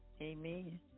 Amen